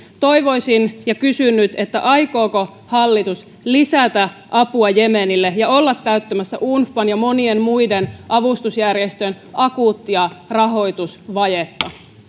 toivoisin ja kysyn nyt aikooko hallitus lisätä apua jemenille ja olla täyttämässä unfpan ja monien muiden avustusjärjestöjen akuuttia rahoitusvajetta